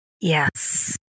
Yes